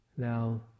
Now